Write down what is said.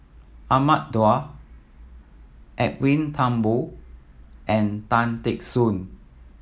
Ahmad Daud Edwin Thumboo and Tan Teck Soon